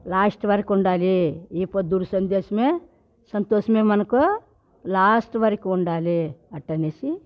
last వరకుండాలి ఈ పొద్దు సంతోసమే మనకు లాస్ట్ వరకుండాలి అట్టనేసి